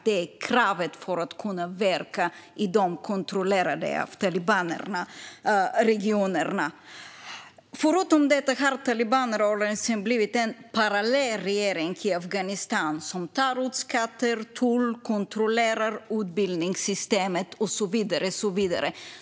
Det är kravet för att de ska kunna verka i de talibankontrollerade regionerna. Talibanrörelsen har blivit en parallell regering i Afghanistan som tar ut skatter och tull, kontrollerar utbildningssystemet och så vidare.